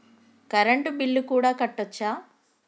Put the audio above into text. Current bill కూడా కట్టొచ్చా?